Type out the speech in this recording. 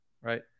Right